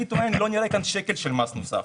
אני טוען שלא נראה כאן שקל של מס נוסף